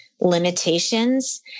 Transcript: limitations